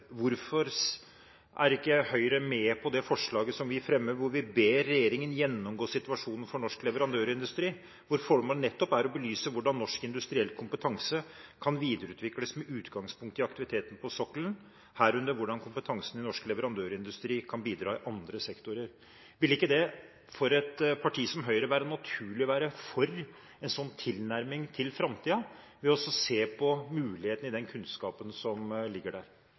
Hvorfor er ikke Høyre med på det forslaget som vi fremmer, hvor vi ber regjeringen gjennomgå situasjonen for norsk leverandørindustri, og hvor formålet nettopp er å belyse hvordan norsk industriell kompetanse kan videreutvikles med utgangspunkt i aktiviteten på sokkelen, herunder hvordan kompetansen i norsk leverandørindustri kan bidra i andre sektorer? Vil det ikke, for et parti som Høyre, være naturlig å være for en sånn tilnærming til framtiden, ved å se på muligheten i den kunnskapen som ligger der?